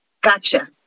gotcha